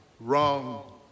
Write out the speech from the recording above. wrong